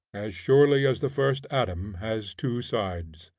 as surely as the first atom has two sides.